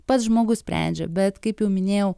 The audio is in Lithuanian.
pats žmogus sprendžia bet kaip jau minėjau